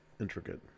intricate